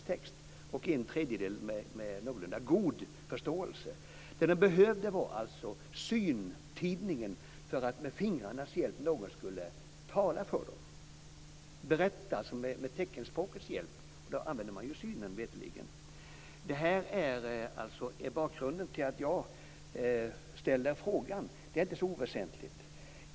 En tredje del kan läsa en dagstidning med någorlunda god förståelse. De behövde alltså syntidningen för att någon skulle tala för dem med fingrarnas hjälp och berätta för dem med teckenspråket. Och då använder man ju synen veterligen. Detta är bakgrunden till att jag ställde frågan. Det är inte så oväsentligt.